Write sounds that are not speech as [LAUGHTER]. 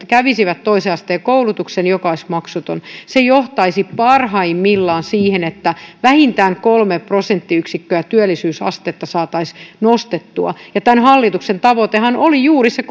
[UNINTELLIGIBLE] kävisivät toisen asteen koulutuksen joka olisi maksuton johtaisi parhaimmillaan siihen että vähintään kolme prosenttiyksikköä työllisyysastetta saataisiin nostettua tämän hallituksen tavoitehan oli juuri se [UNINTELLIGIBLE]